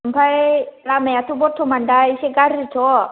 आमफाय लामायाथ' बरथमान दा एसे गारजिथ'